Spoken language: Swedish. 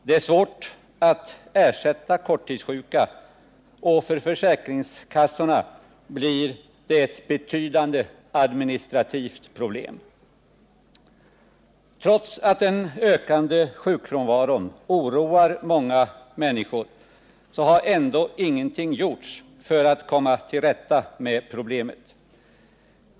Det är svårt att ersätta korttidssjuka, och för försäkringskassorna blir det ett betydande administrativt problem. Trots att den ökande sjukfrekvensen oroar många människor har ändå ingenting gjorts för att komma till rätta med problemet.